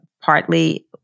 partly